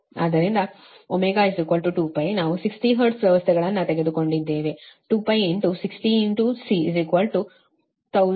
ಆದ್ದರಿಂದ ω2π ನಾವು 60 ಹರ್ಟ್ಜ್ ವ್ಯವಸ್ಥೆಗಳನ್ನು ತೆಗೆದುಕೊಂಡಿದ್ದೇವೆ 2π60C10200148